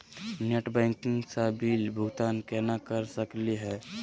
Net banking स bill भुगतान केना कर सकली हे?